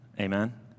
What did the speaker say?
amen